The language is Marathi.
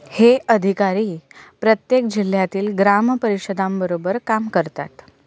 हे अधिकारी प्रत्येक जिल्ह्यातील ग्राम परिषदांबरोबर काम करतात